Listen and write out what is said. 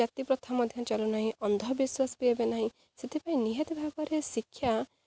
ଜାତି ପ୍ରଥା ମଧ୍ୟ ଚାଲୁ ନାହିଁ ଅନ୍ଧବିଶ୍ୱାସ ବି ଏବେ ନାହିଁ ସେଥିପାଇଁ ନିହାତି ଭାବରେ ଶିକ୍ଷା